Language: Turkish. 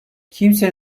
kimse